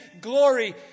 glory